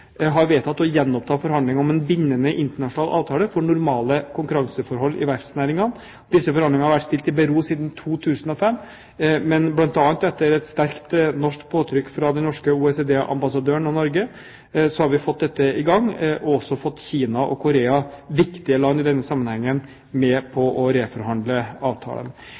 har vedtatt å gjenoppta forhandlingene om en bindende internasjonal avtale for normale konkurranseforhold i verftsnæringen. Disse forhandlingene har vært stilt i bero siden 2005, men bl.a. etter et sterkt norsk påtrykk fra den norske OECD-ambassadøren og Norge har vi fått dette i gang og også fått Kina og Korea, viktige land i denne sammenhengen, med på å reforhandle avtalen.